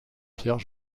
pierre